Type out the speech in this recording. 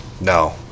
No